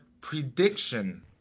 prediction